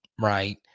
right